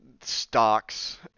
stocks